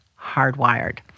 hardwired